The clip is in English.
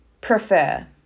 prefer